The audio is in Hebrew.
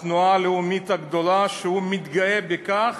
התנועה הלאומית הגדולה, שהוא מתגאה בכך